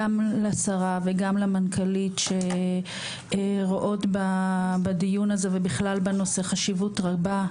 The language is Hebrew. גם לשרה וגם למנכ"לית שרואות בדיון הזה ובכלל בנושא חשיבות רבה.